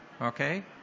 Okay